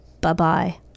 bye-bye